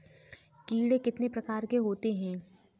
कीड़े कितने प्रकार के होते हैं?